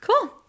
Cool